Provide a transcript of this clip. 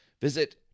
Visit